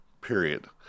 period